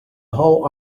whole